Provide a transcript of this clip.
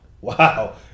Wow